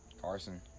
Carson